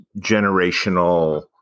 generational